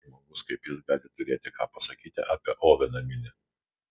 kaip toks žmogus kaip jis gali turėti ką pasakyti apie oveną minį